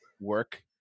work